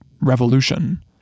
revolution